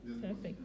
perfect